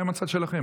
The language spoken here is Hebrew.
מה עם הצד שלכם?